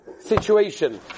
situation